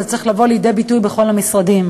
אבל זה צריך לבוא לידי ביטוי בכל המשרדים.